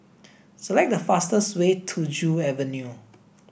select the fastest way to Joo Avenue